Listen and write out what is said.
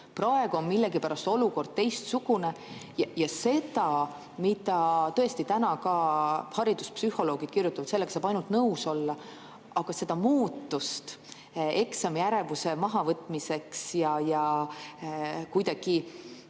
Praegu on millegipärast olukord teistsugune. Ja sellega, mida tõesti täna ka hariduspsühholoogid kirjutavad, saab ainult nõus olla. Aga seda muutust eksamiärevuse mahavõtmiseks ja kuidagi